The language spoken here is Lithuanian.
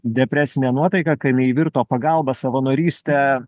depresinė nuotaika kai jinai virto pagalba savanoryste